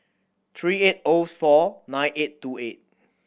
three eight O four nine eight two eight